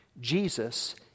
Jesus